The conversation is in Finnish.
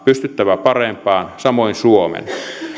pystyttävä parempaan samoin suomen